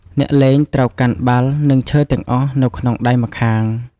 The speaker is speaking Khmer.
អ្នកលេងត្រូវកាន់បាល់ និងឈើទាំងអស់នៅក្នុងដៃម្ខាង។